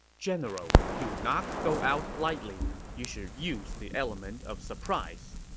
general, do not go out lightly. you should use the element of surprise.